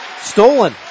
stolen